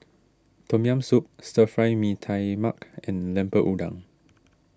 Tom Yam Soup Stir Fry Mee Tai Mak and Lemper Udang